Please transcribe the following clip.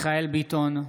מיכאל מרדכי ביטון,